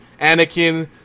Anakin